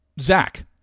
Zach